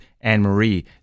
Anne-Marie